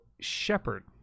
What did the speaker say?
Shepherd